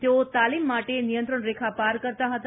તેઓ તાલીમ માટે નિયંત્રણ રેખા પાર કરતા હતા